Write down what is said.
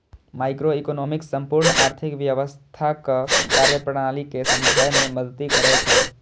microeconomics संपूर्ण आर्थिक व्यवस्थाक कार्यप्रणाली कें समझै मे मदति करै छै